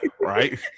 right